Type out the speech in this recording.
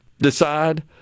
decide